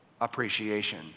appreciation